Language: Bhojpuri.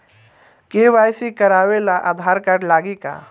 के.वाइ.सी करावे ला आधार कार्ड लागी का?